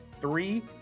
three